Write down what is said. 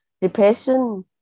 depression